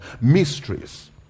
mysteries